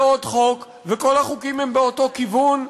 ועוד חוק, וכל החוקים הם באותו כיוון,